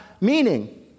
meaning